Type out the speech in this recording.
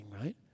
right